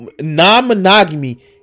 Non-monogamy